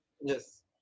Yes